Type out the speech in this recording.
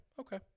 okay